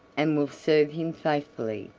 and will serve him faithfully,